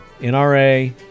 NRA